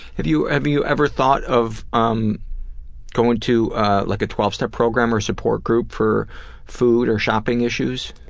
have you ever you ever thought of um going to ah like a twelve step program, or a support group for food or shopping issues?